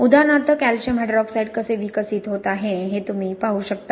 उदाहरणार्थ calcium hydroxide कसे विकसित होत आहे ते तुम्ही येथे पाहू शकता